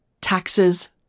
taxes